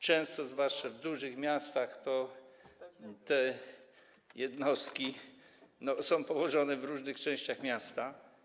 Często zwłaszcza w dużych miastach te jednostki są położone w różnych częściach miasta.